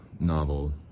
novel